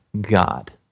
God